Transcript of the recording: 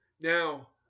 Now